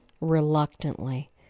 Reluctantly